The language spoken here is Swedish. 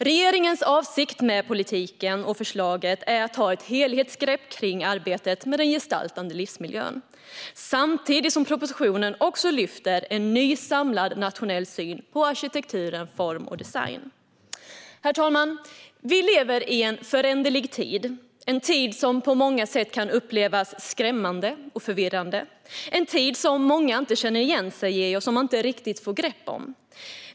Regeringens avsikt med politiken och förslaget är att ta ett helhetsgrepp kring arbetet med den gestaltade livsmiljön, samtidigt som propositionen också lyfter fram en ny samlad nationell syn på arkitektur, form och design. Herr talman! Vi lever i en föränderlig tid - en tid som på många sätt kan upplevas skrämmande och förvirrande, en tid som många inte känner igen sig i och som man inte riktigt får grepp om.